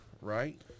right